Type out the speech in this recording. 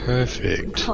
Perfect